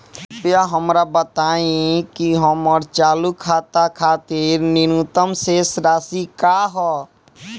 कृपया हमरा बताइं कि हमर चालू खाता खातिर न्यूनतम शेष राशि का ह